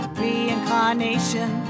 reincarnation